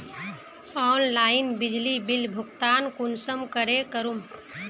Online बिजली bill भुगतान कुंसम करे करूम?